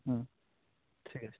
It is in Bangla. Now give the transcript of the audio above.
হুম ঠিক আছে